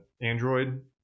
Android